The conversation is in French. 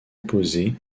opposé